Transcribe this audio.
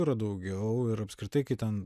yra daugiau ir apskritai kai ten